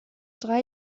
drei